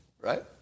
right